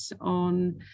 on